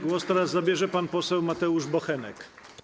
Głos teraz zabierze pan poseł Mateusz Bochenek.